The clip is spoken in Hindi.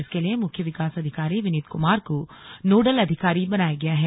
इसके लिए मुख्य विकास अधिकारी विनीत कुमार को नोडल अधिकारी बनाया गया है